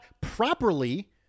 properly